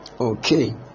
Okay